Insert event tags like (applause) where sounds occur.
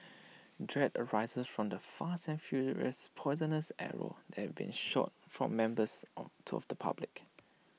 dread arises from the fast and furious poisonous arrows that have been shot from members of (unintelligible) the public